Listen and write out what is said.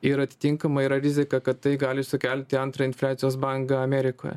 ir atitinkamai yra rizika kad tai gali sukelti antrą infliacijos bangą amerikoje